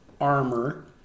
armor